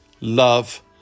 love